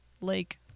Lake